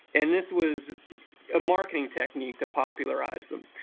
and this was a marketing technique to popularize them.